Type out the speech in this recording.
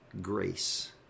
grace